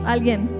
Alguien